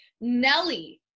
Nelly